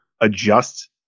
adjust